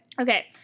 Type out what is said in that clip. Okay